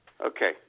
Okay